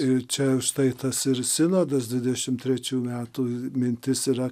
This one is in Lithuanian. ir čia štai tas ir sinodas dvidešim trečių metų mintis yra